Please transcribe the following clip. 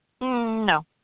No